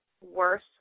worse